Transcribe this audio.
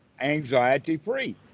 anxiety-free